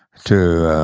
to,